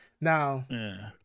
Now